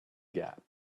gap